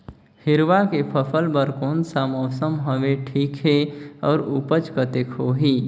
हिरवा के फसल बर कोन सा मौसम हवे ठीक हे अउर ऊपज कतेक होही?